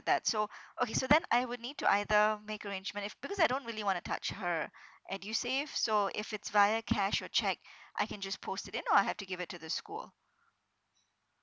that so okay so then I would need to either make arrangement if because I don't really wanna touch her edusave so if it's via cash or cheque I can just post it in or I have to give it to the school